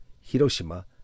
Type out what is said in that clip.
Hiroshima